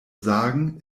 sagen